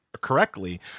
correctly